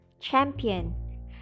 champion